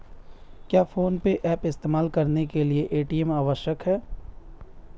क्या PhonePe app इस्तेमाल करने के लिए ए.टी.एम आवश्यक है?